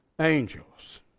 angels